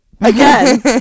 Again